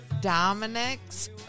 Dominic's